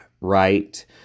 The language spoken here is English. right